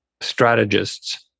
Strategists